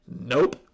Nope